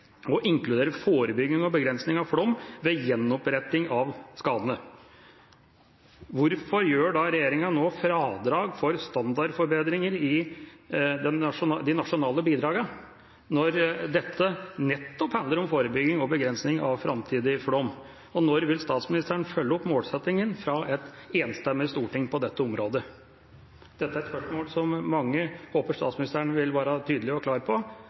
forebygging og begrensning av flom ved gjenoppretting av skadene». Hvorfor gjør da regjeringa fradrag for standardforbedringer i de nasjonale bidragene, når dette nettopp handler om forebygging og begrensning av framtidig flom? Når vil statsministeren følge opp målsettinga fra et enstemmig storting på dette området? Dette er et spørsmål som mange håper statsministeren vil være tydelig og klar på,